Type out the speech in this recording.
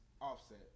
offset